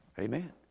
Amen